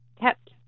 kept